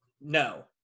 No